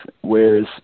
whereas